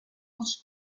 fuß